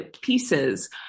pieces